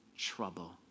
Trouble